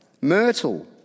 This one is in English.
myrtle